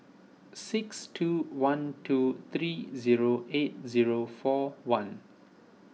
six two one two three zero eight zero four one